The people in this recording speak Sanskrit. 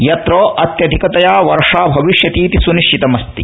यत्र अत्यधिकतया वर्षा भविष्यतीति स्निश्चितमस्ति